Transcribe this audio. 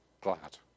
Glad